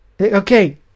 okay